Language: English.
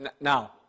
Now